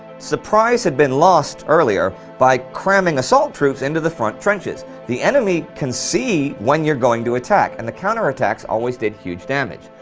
surprise had been lost earlier by cramming assault troops into the front trenches. the enemy can see when you're going to attack and the counter attacks always did huge damage.